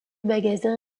magasin